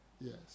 Yes